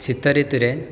ଶୀତଋତୁରେ